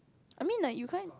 I mean like you can't